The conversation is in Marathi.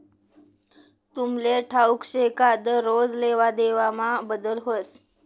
तुमले ठाऊक शे का दरोज लेवादेवामा बदल व्हस